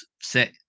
set